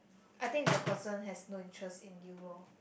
I think if the person has no interest in you loh